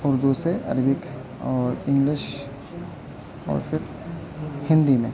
اردو سے عربک اور انگلش اور پھر ہندی میں